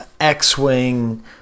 X-wing